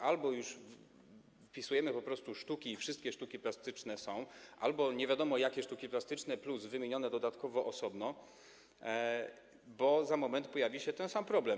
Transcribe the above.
Albo już wpisujemy po prostu sztuki i wszystkie sztuki plastyczne są, albo nie wiadomo jakie sztuki plastyczne plus wymienione dodatkowo osobno, bo za moment pojawi się ten sam problem.